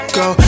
go